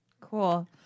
Cool